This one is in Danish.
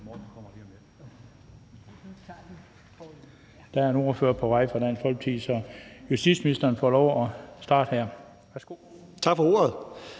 Der er en ordfører på vej fra Dansk Folkeparti, så justitsministeren får lov at starte her. Værsgo. Kl.